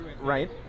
Right